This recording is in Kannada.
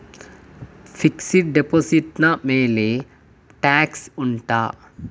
ಫಿಕ್ಸೆಡ್ ಡೆಪೋಸಿಟ್ ನ ಮೇಲೆ ಟ್ಯಾಕ್ಸ್ ಉಂಟಾ